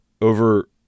over